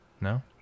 No